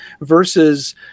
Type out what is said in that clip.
versus